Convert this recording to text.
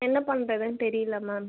என்ன பண்ணுறதுனு தெரியல மேம்